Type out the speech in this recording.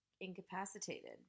incapacitated